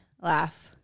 laugh